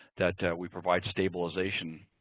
that we provide stabilization,